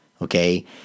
Okay